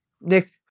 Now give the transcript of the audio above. Nick